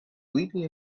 leaping